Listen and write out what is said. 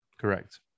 Correct